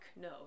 no